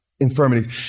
infirmity